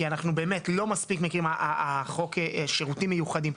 כי אנחנו באמת לא מספיק מכירים את חוק השירותים המיוחדים.